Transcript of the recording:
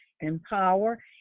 empower